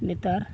ᱱᱮᱛᱟᱨ